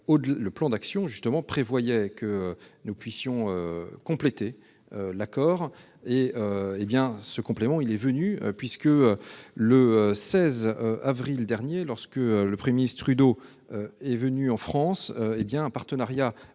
le plan d'action prévoyait que nous puissions compléter l'accord. Ce complément s'est concrétisé le 16 avril dernier, au moment où le Premier ministre Justin Trudeau est venu en France. Un partenariat